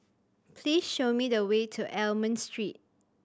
please show me the way to Almond Street